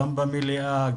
גם במליאה,